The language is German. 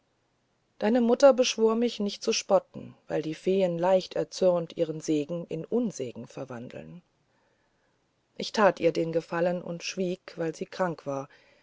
deine mutter beschwor mich nicht zu spotten weil die feen leicht erzürnt ihren segen in unsegen verwandeln ich tat es ihr zu gefallen und schwieg weil sie krank war